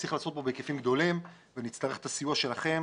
צריך לעשות כאן בהיקפים גדולים ונצטרך את הסיוע שלכם